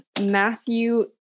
Matthew